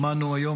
שמענו היום,